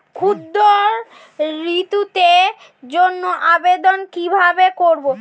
ক্ষুদ্র ঋণের জন্য আবেদন কিভাবে করব?